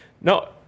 No